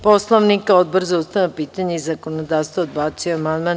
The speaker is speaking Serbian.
Poslovnika, Odbor za ustavna pitanja i zakonodavstvo odbacio je amandman.